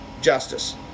justice